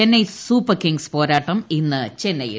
Chennai Super Kings പോരാട്ടം ഇന്ന് ചെന്നൈയിൽ